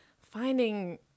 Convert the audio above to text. finding